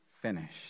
finished